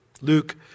Luke